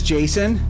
Jason